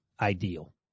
ideal